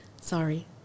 sorry